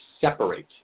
separate